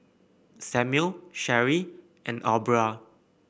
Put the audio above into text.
Samuel Cherie and Aubra